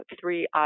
three